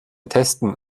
testen